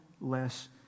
less